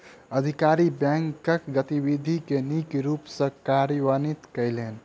अधिकारी बैंकक गतिविधि के नीक रूप सॅ कार्यान्वित कयलैन